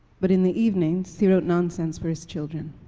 but in the evenings, he wrote nonsense for his children.